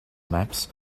maps